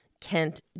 Kent